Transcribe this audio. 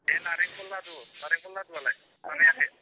बे नारेंखल लादु आलाय बानायाखौ